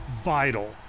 vital